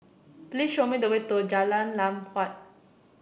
please show me the way to Jalan Lam Huat